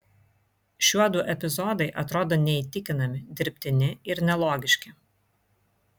šiuodu epizodai atrodo neįtikinami dirbtini ir nelogiški